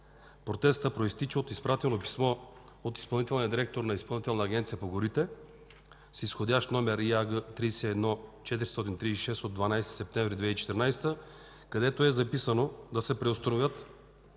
Протеста произтича от изпратено писмо от изпълнителния директор на Изпълнителна агенция по горите с изх. № ИАГ 31436/12.09.2014 г., където е записано да се преустановят